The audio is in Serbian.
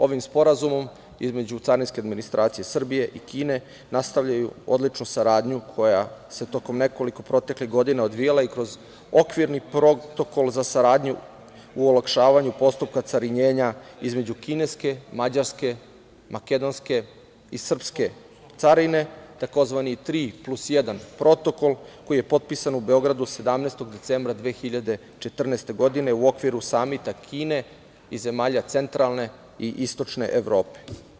Ovim sporazumom, između carinske administracije Srbije i Kine, nastavljaju odličnu saradnju koja se tokom nekoliko proteklih godina odvijala i kroz okvirni protokol za saradnju u olakšavanju postupka carinjenja između kineske, mađarske, makedonske i srpske carine, tzv. „Tri plus jedan“ Protokol koji je potpisan u Beogradu 17. decembra 2014. godine u okviru Samita Kine i zemalja centralne i istočne Evrope.